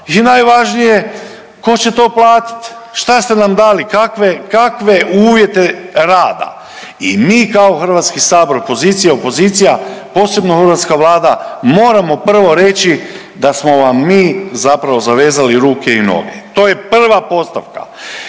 I najvažnije je tko će to platiti. Šta ste nam dali? Kakve uvjete rada? I mi kao Hrvatski sabor pozicija, opozicija posebno hrvatska Vlada moramo prvo reći da smo vam mi zapravo zavezali ruke i noge. To je prva postavka.